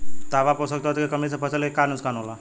तांबा पोषक तत्व के कमी से फसल के का नुकसान होला?